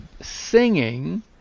singing